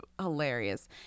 hilarious